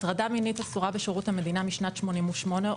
הטרדה מינית אסורה בשירות המדינה משנת 1988,